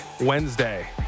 Wednesday